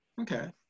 Okay